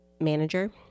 manager